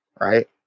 right